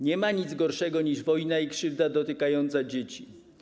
Nie ma nic gorszego niż wojna i krzywda dotykająca dzieci.